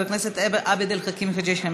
חבר הכנסת עבד אל חכים חאג' יחיא,